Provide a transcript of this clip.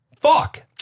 Fuck